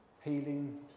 Healing